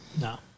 No